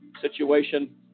situation